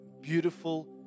beautiful